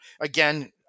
Again